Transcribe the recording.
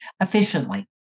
Efficiently